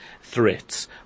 threats